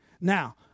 Now